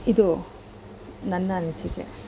ಇದು ನನ್ನ ಅನಿಸಿಕೆ